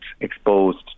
exposed